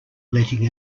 letting